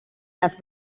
las